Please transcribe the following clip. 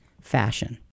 fashion